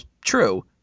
true